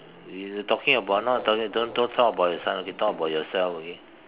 you talking about not talking don't don't don't talk about your son okay talk about yourself okay